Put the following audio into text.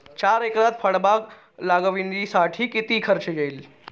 चार एकरात फळबाग लागवडीसाठी किती खर्च येईल?